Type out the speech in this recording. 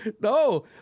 no